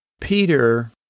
Peter